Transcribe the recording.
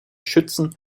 schützen